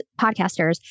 podcasters